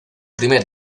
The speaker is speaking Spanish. primer